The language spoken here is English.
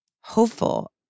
hopeful